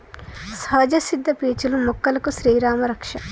సహజ సిద్ద పీచులు మొక్కలకు శ్రీరామా రక్ష